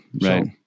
right